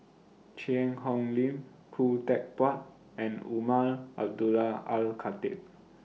Cheang Hong Lim Khoo Teck Puat and Umar Abdullah Al Khatib